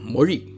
Mori